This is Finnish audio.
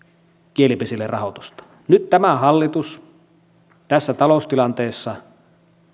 kielipesille rahoitusta nyt tämä hallitus tässä taloustilanteessa